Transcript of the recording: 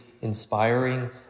inspiring